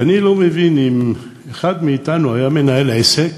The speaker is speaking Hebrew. ואני לא מבין, אם אחד מאתנו היה מנהל עסק